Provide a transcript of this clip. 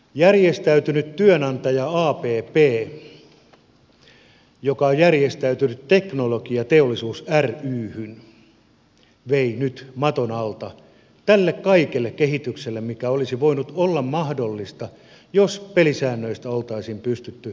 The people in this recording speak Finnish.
järjestäytynyt työnantaja abb joka on järjestäytynyt teknologiateollisuus ryhyn vei nyt maton alta tältä kaikelta kehitykseltä mikä olisi voinut olla mahdollista jos pelisäännöistä oltaisiin pystytty jollakin tavoin sopimaan